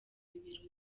ibibero